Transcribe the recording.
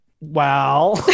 wow